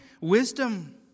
wisdom